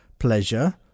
pleasure